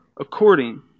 according